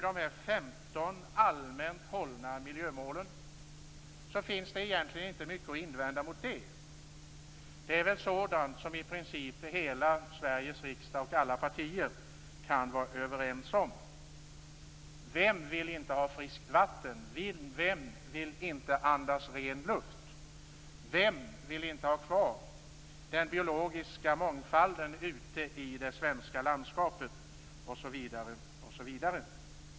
De 15 allmänt hållna miljömålen finns det inte mycket att invända mot. Det är sådant som i princip hela Sveriges riksdag och alla partier kan vara överens om. Vem vill inte ha friskt vatten? Vem vill inte andas ren luft? Vem vill inte ha kvar den biologiska mångfalden ute i det svenska landskapet, osv.?